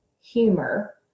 humor